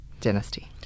Dynasty